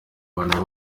bana